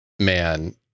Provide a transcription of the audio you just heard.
man